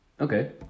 Okay